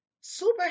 super